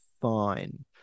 fine